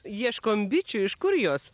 ieškom bičių iš kur jos